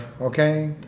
okay